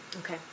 Okay